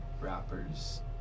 rappers